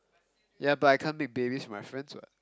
ya but I can't make babies with my friends [what]